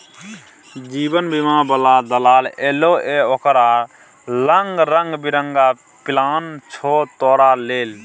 जीवन बीमा बला दलाल एलौ ये ओकरा लंग रंग बिरंग पिलान छौ तोरा लेल